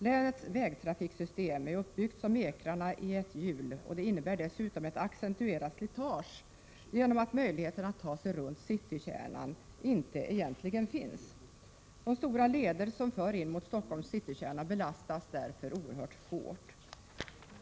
Länets vägtrafiksystem är uppbyggt som ekrarna i ett hjul, och det innebär ett accentuerat slitage genom att någon möjlighet att ta sig runt citykärnan egentligen inte finns. De stora leder som för in mot Stockholms citykärna belastas därför oerhört hårt.